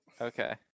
Okay